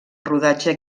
rodatge